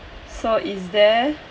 so is there